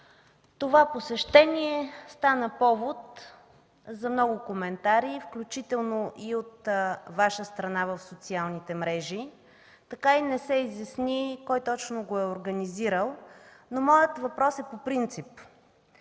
Това посещение стана повод за много коментари, включително и от Ваша страна в социалните мрежи. Така и не се изясни кой точно го е организирал, но моят въпрос е по принцип.